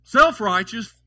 self-righteous